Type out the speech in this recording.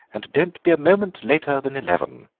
and don't be a moment later than eleven.